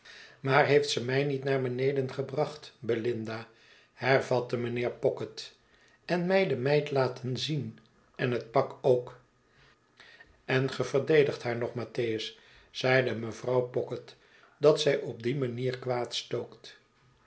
maar heeft ze mij niet naar beneden gebracht belinda hervatte mijnheer pocket en mij de meid laten zien en het pak ook en ge verdedigt haar nog mattheus zeide mevrouw pocket dat zij op die manierkwaad